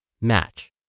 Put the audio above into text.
Match